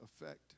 effect